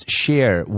share